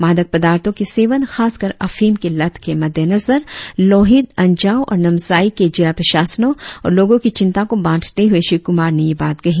मादक पदार्थो के सेवन खासकर अफीम की लत के मद्देनजर लोहित अंजाव और नामसाई के जिला प्रशासनो और लोगो की चिंता को बांटते हुए क्षी कुमार ने यह बात कही